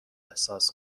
احساس